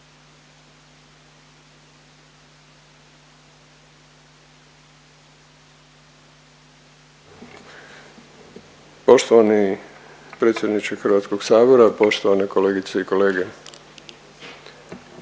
Poštovani potpredsjedniče HS, poštovane kolegice i kolege,